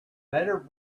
better